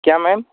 क्या मैम